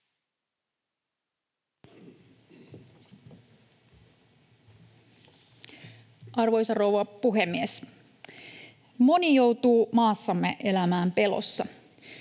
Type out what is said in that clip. Arvoisa rouva puhemies! Moni joutuu maassamme elämään pelossa,